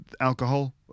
alcohol